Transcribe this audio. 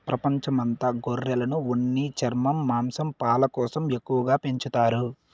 ప్రపంచం అంత గొర్రెలను ఉన్ని, చర్మం, మాంసం, పాలు కోసం ఎక్కువగా పెంచుతారు